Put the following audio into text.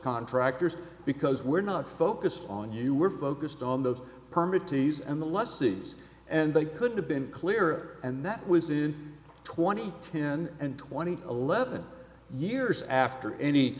contractors because we're not focused on you we're focused on those permit tees and the let's see and they could have been clear and that was in twenty ten and twenty eleven years after any